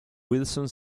wilson